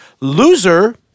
loser